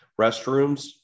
Restrooms